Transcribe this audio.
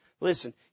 Listen